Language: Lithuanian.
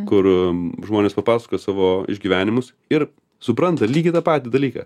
kur žmonės papasakoja savo išgyvenimus ir supranta lygiai tą patį dalyką